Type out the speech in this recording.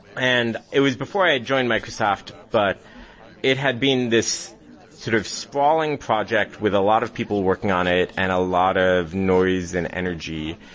and it was before i joined microsoft, but it had been this sort of sprawling project with a lot of people working on it and a lot of noise and energy.